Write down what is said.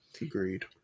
agreed